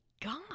god